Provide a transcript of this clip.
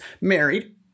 married